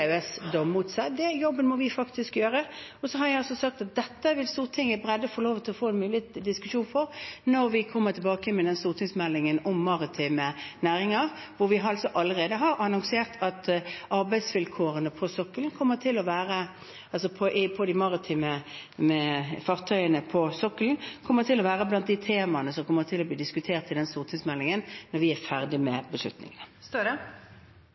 mot seg. Den jobben må vi faktisk gjøre. Jeg har også sagt at Stortinget vil få en mulighet til å diskutere dette bredt når vi kommer tilbake med stortingsmeldingen om maritime næringer, hvor vi allerede har annonsert at arbeidsvilkårene på de maritime fartøyene på sokkelen kommer til å være blant temaene som vil bli diskutert i stortingsmeldingen når vi er ferdig med beslutningene. Jonas Gahr Støre – til oppfølgingsspørsmål. Disse rapportene har vist at handlingsrommet er der, så nå må det være handling som kommer for å